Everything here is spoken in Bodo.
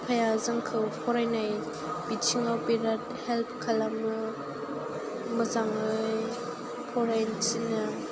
आफाया जोंखौ फरायनाय बिथिंआव बिराद हेल्प खालामो मोजाङै फरायनो थिनो